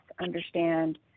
understand